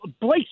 Blake